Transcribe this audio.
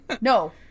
No